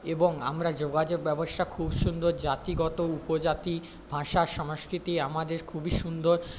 এবং আমরা যোগাযোগ ব্যবস্থা খুব সুন্দর জাতিগত উপজাতি ভাষা সংস্কৃতি আমাদের খুবই সুন্দর